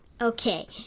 Okay